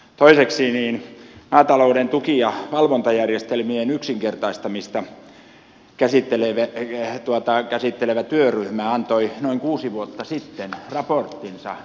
toiseksi maatalouden tuki ja valvontajärjestelmien yksinkertaistamista käsittelevä työryhmä antoi noin kuusi vuotta sitten raporttinsa